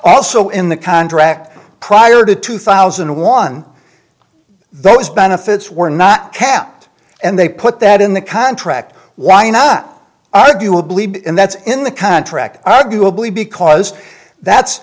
also in the contract prior to two thousand and one those benefits were not kept and they put that in the contract why not arguably and that's in the contract arguably because that's